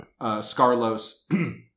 Scarlos